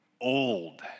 old